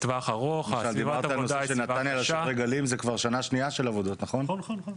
כבר שנה שניה של עבודות, נכון?